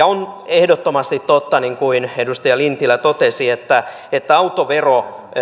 on ehdottomasti totta niin kuin edustaja lintilä totesi että että autovero